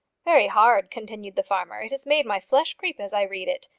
very hard, continued the farmer. it has made my flesh creep as i read it.